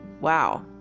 Wow